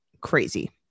crazy